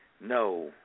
no